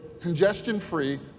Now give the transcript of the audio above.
congestion-free